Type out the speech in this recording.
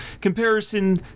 comparison